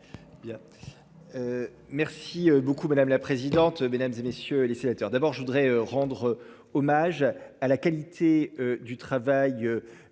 Merci beaucoup madame la présidente, mesdames et messieurs les sénateurs. D'abord je voudrais rendre hommage à la qualité du travail.